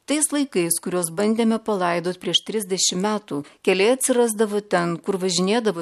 tais laikais kuriuos bandėme palaidot prieš trisdešim metų keliai atsirasdavo ten kur važinėdavo